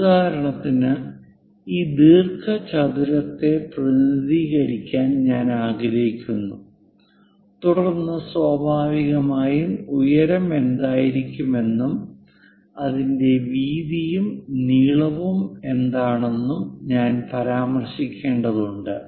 ഉദാഹരണത്തിന് ഈ ദീർഘചതുരത്തെ പ്രതിനിധീകരിക്കാൻ ഞാൻ ആഗ്രഹിക്കുന്നു തുടർന്ന് സ്വാഭാവികമായും ഉയരം എന്തായിരിക്കാമെന്നും അതിന്റെ വീതിയും നീളവും എന്താണെന്നും ഞാൻ പരാമർശിക്കേണ്ടതുണ്ട്